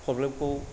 problem खौ